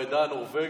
בעדה הנורבגית,